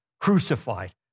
crucified